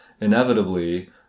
inevitably